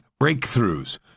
breakthroughs